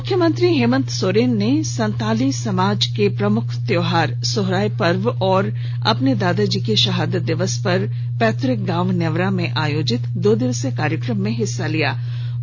मुख्यमंत्री हेमंत सोरेन संथाली समाज का प्रमुख त्योहार सोहराय पर्व और अपने दादा जी के शहादत दिवस पर अपने पैतृक गांव नेमरा में आयोजित दो दिवसीय कार्यक्रम में शामिल हुए